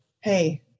hey